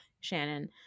shannon